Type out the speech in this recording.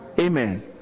Amen